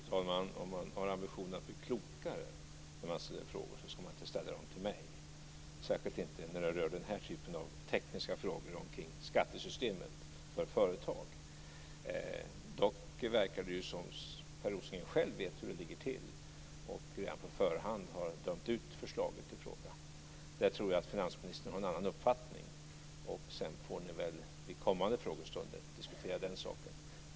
Fru talman! Om man har ambitionen att bli klokare när man ställer frågor ska man inte ställa dem till mig, särskilt inte när det rör den här typen av tekniska frågor om skattesystemet för företag. Dock verkar det som om Per Rosengren själv vet hur det ligger till och redan på förhand har dömt ut förslaget i fråga. Där tror jag att finansministern har en annan uppfattning. Ni får väl i kommande frågestunder diskutera den saken.